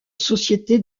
société